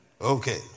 Okay